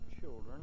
children